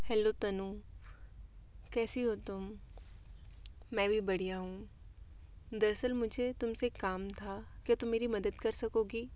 hello Tanu कैसी हो तुम मैं भी बढ़िया हूँ दरअसल मुझे तुम से काम था क्या तुम मेरी मदद कर सकोगी